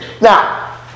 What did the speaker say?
now